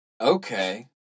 Okay